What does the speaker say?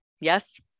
Yes